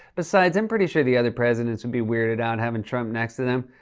besides, i'm pretty sure the other presidents would be weirded out having trump next to them.